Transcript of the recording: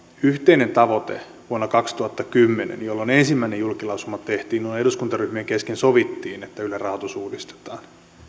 yhteinen tavoite vuonna kaksituhattakymmenen jolloin ensimmäinen julkilausuma tehtiin ja jolloin eduskuntaryhmien kesken sovittiin että ylen rahoitus uudistetaan